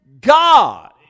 God